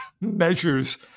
measures